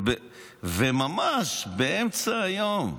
ממש באמצע היום.